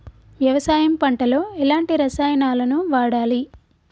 వ్యవసాయం పంట లో ఎలాంటి రసాయనాలను వాడాలి?